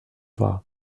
war